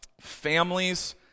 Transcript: families